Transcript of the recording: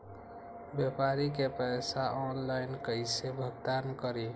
व्यापारी के पैसा ऑनलाइन कईसे भुगतान करी?